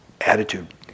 attitude